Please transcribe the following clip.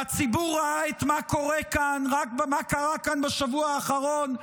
והציבור ראה מה קרה כאן בשבוע האחרון,